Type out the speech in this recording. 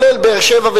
כולל באר-שבע,